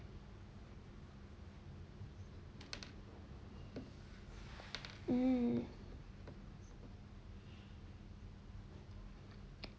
mm